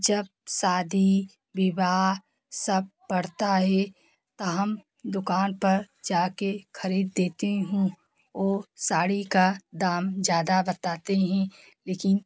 जब शादी विवाह सब पड़ता है तो हम दुकान पर जाके खरीद देती हूँ ओ साड़ी का दाम ज़्यादा बताते हैं लेकिन